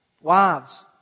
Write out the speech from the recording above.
Wives